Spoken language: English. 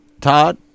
Todd